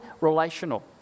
relational